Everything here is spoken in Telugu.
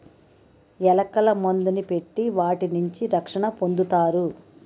ఎలకల మందుని పెట్టి వాటి నుంచి రక్షణ పొందుతారు